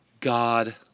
God